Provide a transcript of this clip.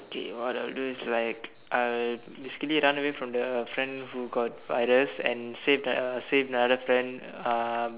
okay what I'll do is like I'll basically run away from the friend who got virus and save the save another friend uh